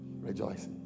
Rejoice